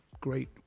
Great